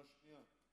שאילתה שנייה,